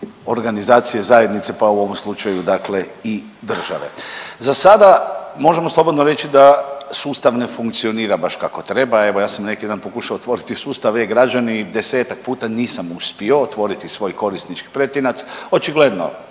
organizacije, zajednice, pa u ovom slučaju dakle i države. Zasada možemo slobodno reći da sustav ne funkcionira baš kako treba. Evo ja sam neki dan pokušao otvoriti sustav e-građani 10-ak puta nisam uspio otvoriti svoj korisnički pretinac, očigledno